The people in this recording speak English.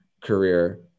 career